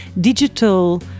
digital